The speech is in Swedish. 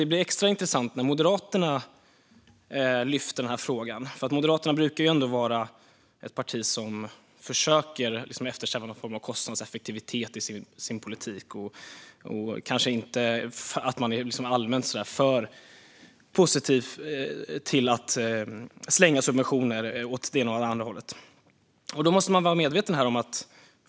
Det är extra intressant att Moderaterna lyfter denna fråga, för Moderaterna brukar ju eftersträva kostnadseffektivitet i sin politik och är sällan positiva till subventioner hit och dit.